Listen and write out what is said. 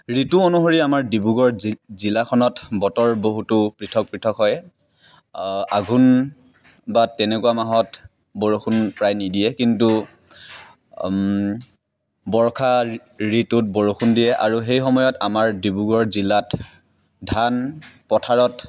ঋতু অনুসৰি আমাৰ ডিব্ৰুগড় জি জিলাখনত বতৰ বহুতো পৃথক পৃথক হয় আঘোণ বা তেনেকুৱা মাহত বৰষুণ প্ৰায় নিদিয়ে কিন্তু বৰ্ষা ঋতুত বৰষুণ দিয়ে আৰু সময়ত আমাৰ ডিব্ৰুগড় জিলাত ধান পথাৰত